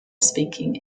speaking